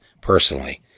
personally